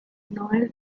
noel